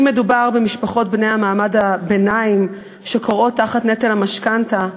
ואם מדובר במשפחות בני מעמד הביניים שכורעות תחת נטל המשכנתה.